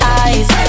eyes